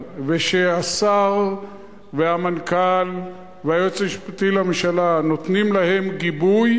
ושהשר והמנכ"ל והיועץ המשפטי לממשלה נותנים להם גיבוי,